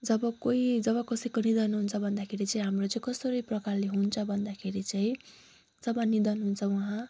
जब कोही जब कसैको निधन हुन्छ भन्दाखेरि चाहिँ हाम्रो चाहिँ कस्तो प्रकारले हुन्छ भन्दाखेरि चाहिँ जब निधन हुन्छ उहाँ